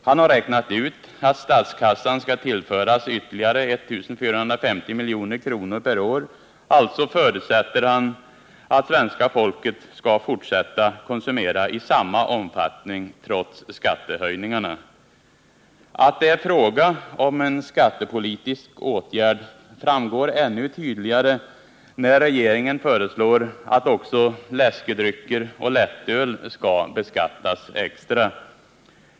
Han har räknat ut att statskassan skall tillföras ytterligare 1 450 milj.kr. per år. Alltså förutsätter han att svenska folket skall fortsätta konsumera i samma omfattning, trots skattehöjningarna. Att det är fråga om en skattepolitisk åtgärd framgår ännu tydligare när regeringen föreslår att också läskedrycker och lättöl skall beskattas extra.